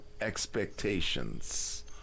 expectations